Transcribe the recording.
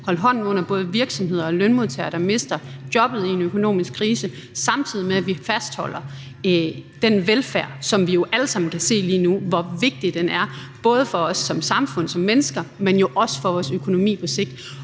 holde hånden under både virksomheder og lønmodtagere, der mister jobbet i en økonomisk krise, samtidig med at vi fastholder den velfærd, som vi jo alle sammen kan se lige nu hvor vigtig er ikke kun for vores samfund og os som mennesker, men jo også for vores økonomi på sigt.